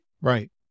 Right